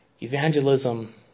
evangelism